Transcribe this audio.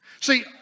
See